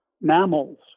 mammals